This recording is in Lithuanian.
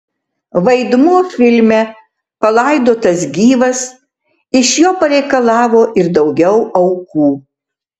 vaidmuo filme palaidotas gyvas iš jo pareikalavo ir daugiau aukų